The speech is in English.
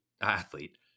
athlete